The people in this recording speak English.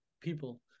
people